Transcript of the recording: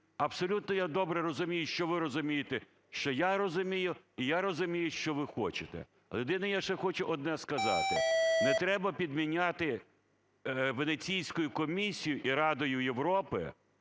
Абсолютно я добре розумію, що ви розумієте, що я розумію, і я розумію, що ви хочете. Єдине я ще хочу одне сказати – не треба підміняти Венеційською комісією і Радою Європи